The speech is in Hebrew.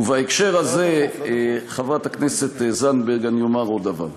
בהקשר הזה, חברת הכנסת זנדברג, אני אומר עוד דבר.